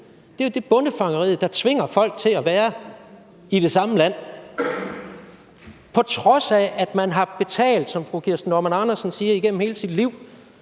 Det er det bondefangeri, der tvinger folk til at blive i det samme land. Selv om man, som fru Kirsten Normann Andersen siger, igennem hele sit liv